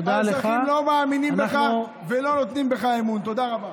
האזרחים לא מאמינים בך, תודה לך.